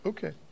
Okay